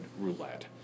roulette